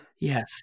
Yes